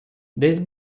десь